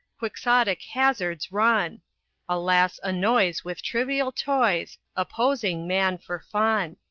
quixotic hazards run a lass annoys with trivial toys, opposing man for fun.